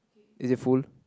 is it full